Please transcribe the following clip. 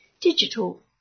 digital